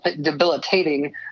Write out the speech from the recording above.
debilitating